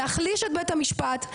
להחליש את בית המשפט,